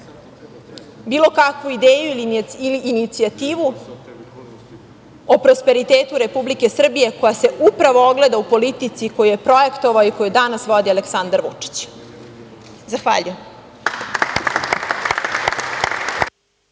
bilo kakvu ideju i inicijativu o prosperitetu Republike Srbije koja se upravo ogleda u politici koju je projektovao i koju danas vodi Aleksandar Vučić. Zahvaljujem.